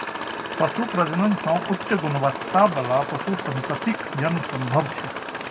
पशु प्रजनन सं उच्च गुणवत्ता बला पशु संततिक जन्म संभव छै